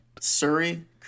Surrey